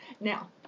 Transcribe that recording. now